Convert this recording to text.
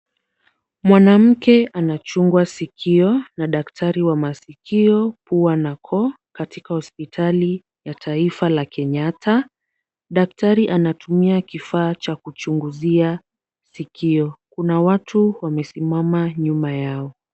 Mwanamke anachugwa sikio na daktari wa masikio, pua na koo, katika hospitali la taifa la Kenyatta. Daktari anatumia kifaa cha kuchunguzia sikio. Kuna watu wamesimama nyuma yao.